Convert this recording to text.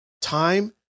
time